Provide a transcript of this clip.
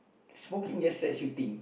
smoking just lets you think